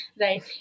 right